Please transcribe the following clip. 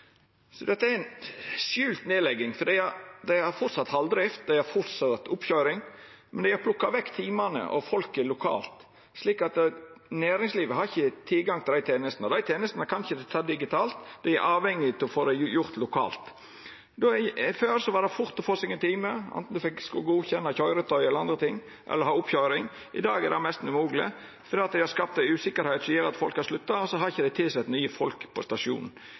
Dette er ei skjult nedlegging, for dei har framleis halv drift, dei har framleis oppkøyring, men dei har plukka vekk timane og folka lokalt, slik at næringslivet ikkje har tilgang til dei tenestene. Desse tenestene kan ein ikkje utføra digitalt. Dei er avhengige av å få dei gjorde lokalt. Før gjekk det fort å få seg ein time, anten ein skulle godkjenna køyretøy eller andre ting eller ha oppkøyring. I dag er det nesten umogleg fordi dei har skapt ei usikkerheit som gjer at folk har slutta, og så har dei ikkje tilsett nye folk på stasjonen.